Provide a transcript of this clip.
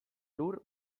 lur